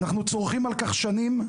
אנחנו צורחים על כך שנים.